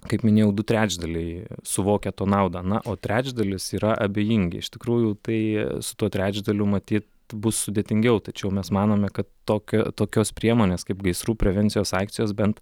kaip minėjau du trečdaliai suvokia to naudą na o trečdalis yra abejingi iš tikrųjų tai su tuo trečdaliu matyt bus sudėtingiau tačiau mes manome kad tokia tokios priemonės kaip gaisrų prevencijos akcijos bent